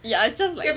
yeah it's just like